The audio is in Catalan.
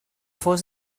fos